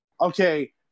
Okay